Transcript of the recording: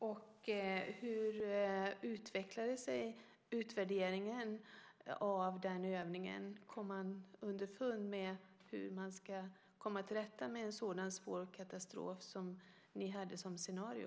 Fru talman! Hur utvecklade sig utvärderingen av den övningen? Kom man underfund med hur man ska komma till rätta med en så svår katastrof som den som man hade som scenario?